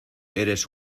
eres